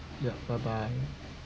yup bye bye